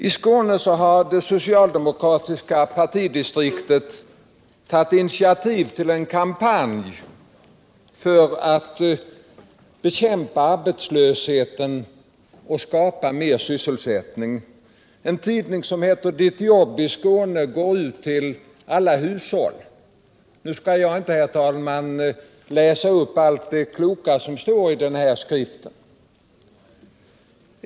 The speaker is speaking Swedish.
I Skåne har det socialdemokratiska partidistriktet tagit initiativ till en kampanj för att bekämpa arbetslösheten och skapa mer sysselsättning. En tidning som heter Ditt jobb i Skåne går ut till alla hushåll. Nu skall jag inte, herr talman, läsa upp allt det kloka som står i den här skriften.